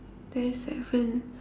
there is seven